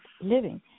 living